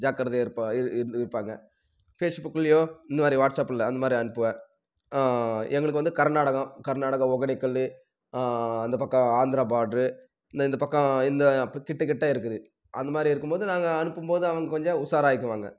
ஜாக்கிரதையா இருப்பா இரு இருப்பாங்க ஃபேஸ்புக்குலையோ இந்த மாதிரி வாட்ஸப்பில் அந்த மாதிரி அனுப்புவேன் எங்களுக்கு வந்து கர்நாடகம் கர்நாடகா ஒக்கேனக்கல்லு அந்த பக்கம் ஆந்திரா பாடரு இந்த இந்த பக்கம் இந்த அப்போ கிட்ட கிட்ட இருக்குது அந்த மாதிரி இருக்கும் போது நாங்கள் அனுப்பும் போது அவங்க கொஞ்சம் உஷார் ஆகிக்குவாங்க